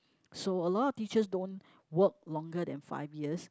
so a lot of teachers don't work longer than five years